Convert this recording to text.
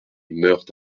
meurent